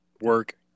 work